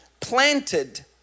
planted